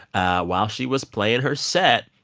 ah while she was playing her set,